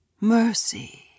Mercy